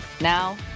Now